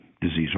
disease